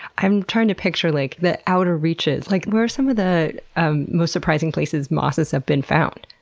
i'm trying to picture like the outer reaches. like where are some of the um most surprising places mosses have been found?